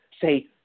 say